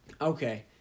Okay